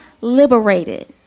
liberated